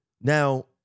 Now